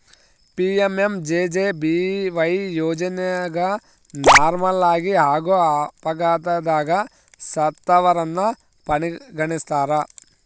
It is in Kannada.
ಪಿ.ಎಂ.ಎಂ.ಜೆ.ಜೆ.ಬಿ.ವೈ ಯೋಜನೆಗ ನಾರ್ಮಲಾಗಿ ಹಾಗೂ ಅಪಘಾತದಗ ಸತ್ತವರನ್ನ ಪರಿಗಣಿಸ್ತಾರ